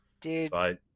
Dude